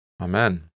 Amen